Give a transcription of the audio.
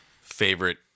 favorite